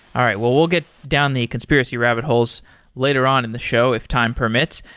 all right. well, we'll get down the conspiracy rabbit holes later on in the show if time permits.